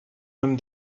homme